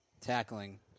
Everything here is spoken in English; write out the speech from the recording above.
Tackling